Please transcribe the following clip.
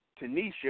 Tanisha